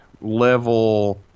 level